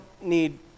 need